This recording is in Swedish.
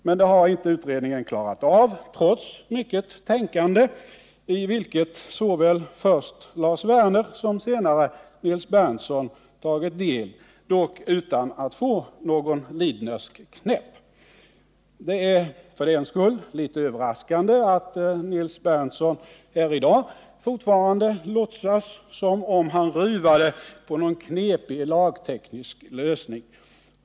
Men det har inte utredningen klarat av trots mycket tänkande, i vilket såväl först Lars Werner som senare Nils Berndtson tagit del, dock utan att få någon Lidnersk knäpp. Det är för den skull litet överraskande, att Nils Berndtson här i dag fortfarande låtsas som om han ruvade på någon knepig lagteknisk lösning.